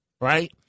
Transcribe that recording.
Right